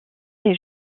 des